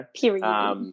Period